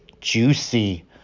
Juicy